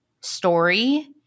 story